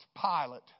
Pilate